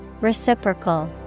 Reciprocal